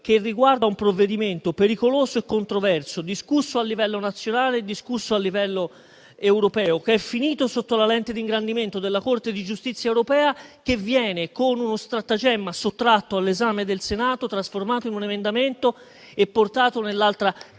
che riguarda un provvedimento pericoloso e controverso, discusso a livello nazionale ed europeo, che è finito sotto la lente di ingrandimento della Corte di giustizia europea, che con uno stratagemma viene sottratto all'esame del Senato, trasformato in un emendamento e portato nell'altra Camera.